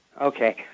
Okay